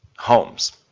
homes?